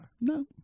No